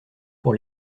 pour